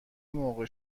موقع